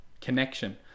connection